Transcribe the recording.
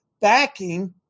backing